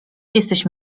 jesteś